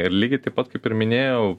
ir lygiai taip pat kaip ir minėjau